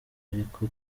ariko